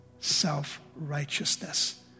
self-righteousness